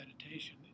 meditation